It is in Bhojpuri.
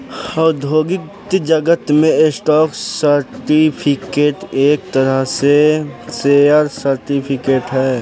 औद्योगिक जगत में स्टॉक सर्टिफिकेट एक तरह शेयर सर्टिफिकेट ह